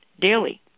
daily